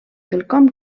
quelcom